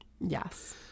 Yes